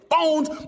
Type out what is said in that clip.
phones